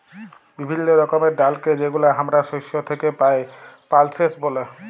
বিভিল্য রকমের ডালকে যেগুলা হামরা শস্য থেক্যে পাই, পালসেস ব্যলে